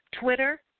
Twitter